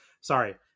sorry